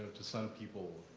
to some people